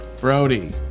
Brody